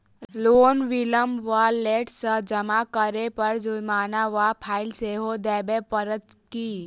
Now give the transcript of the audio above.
Loan विलंब वा late सँ जमा करै पर जुर्माना वा फाइन सेहो देबै पड़त की?